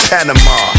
Panama